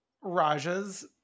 Raja's